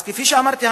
אז כפי שאמרתי,